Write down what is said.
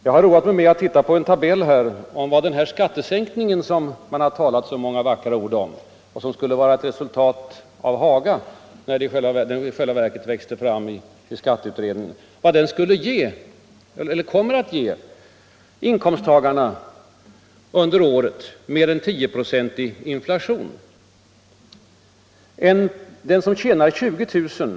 Jag har roat mig med att titta på en tabell över vad den skattesänkning som man sagt så många vackra ord om och som skulle vara ett resultat av Hagaöverenskommelsen -— i själva verket växte den fram i skatteutredningen - kommer att ge inkomsttagarna under året med en 10-procentig inflation. Den som tjänade 20 000 kr.